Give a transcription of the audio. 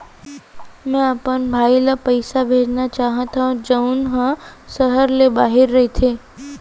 मै अपन भाई ला पइसा भेजना चाहत हव जऊन हा सहर ले बाहिर रहीथे